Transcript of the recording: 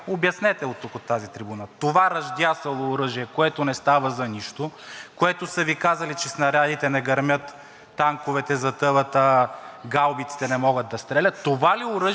танковете затъват, а гаубиците не могат да стрелят – това ли оръжие искате да изпратите като помощ? Кажете го, за да знаят украинците какво ще получат, защото другото е наистина лицемерие.